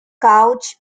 couch